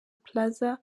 plaza